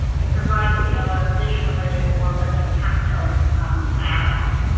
is provide the alert visually or with a tactile add on.